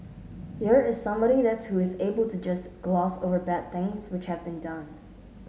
here is somebody that's who is able to just gloss over bad things which have been done